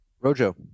Rojo